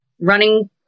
running